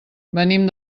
venim